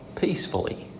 Peacefully